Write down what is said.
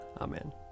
Amen